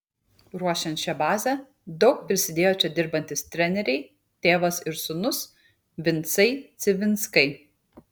ruošiant šią bazę daug prisidėjo čia dirbantys treneriai tėvas ir sūnus vincai civinskai